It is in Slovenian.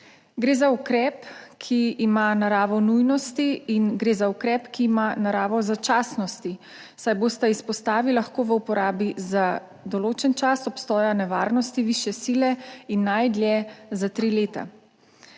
Gre za ukrep, ki ima naravo nujnosti in gre za ukrep, ki ima naravo začasnosti, saj bosta izpostavi lahko v uporabi za določen čas obstoja nevarnosti višje sile in najdlje za tri leta.